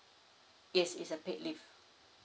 yes it's a paid leave